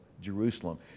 Jerusalem